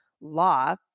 law